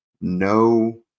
no